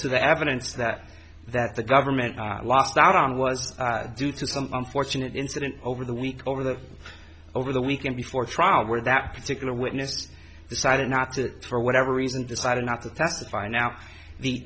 to the evidence that that the government lost out on was due to some unfortunate incident over the week over the over the weekend before trial where that particular witness decided not to for whatever reason decided not to testify now the